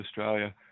Australia